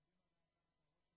נרשמו שישה, וכל מי